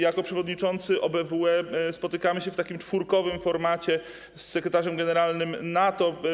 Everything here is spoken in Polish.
Jako przewodniczący OBWE spotykamy się w czwórkowym formacie z sekretarzem generalnym NATO.